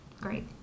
great